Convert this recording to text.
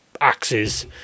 axes